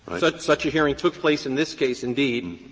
such such a hearing took place in this case, indeed.